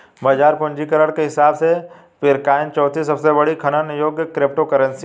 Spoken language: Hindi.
बाजार पूंजीकरण के हिसाब से पीरकॉइन चौथी सबसे बड़ी खनन योग्य क्रिप्टोकरेंसी है